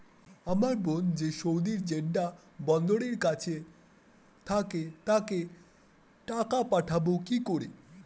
আমার বোন যে সৌদির জেড্ডা বন্দরের কাছে থাকে তাকে টাকা পাঠাবো কি করে?